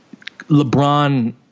LeBron